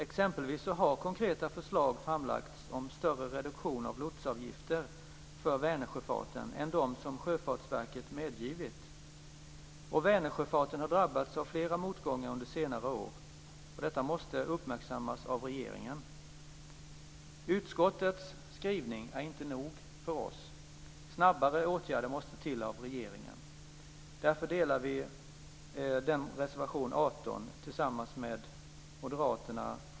Exempelvis har konkreta förslag framlagts om större reduktion av lotsavgifter för Vänersjöfarten än de som Sjöfartsverket medgivit. Vänersjöfarten har drabbats av flera motgångar under senare år, och detta måste uppmärksammas av regeringen. Utskottets skrivning är inte nog för oss. Snabbare åtgärder måste till av regeringen. Därför delar vi reservation Centern.